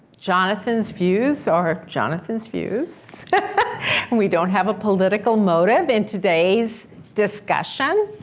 jonathan's views are jonathan's views and we don't have a political motive in today's discussion.